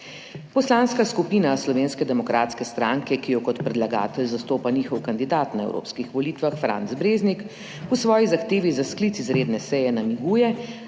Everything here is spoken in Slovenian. Poslanska skupina Slovenske demokratske stranke, ki jo kot predlagatelj zastopa njihov kandidat na evropskih volitvah Franc Breznik, v svoji zahtevi za sklic izredne seje namiguje,